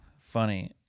funny